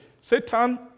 Satan